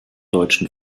deutschen